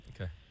Okay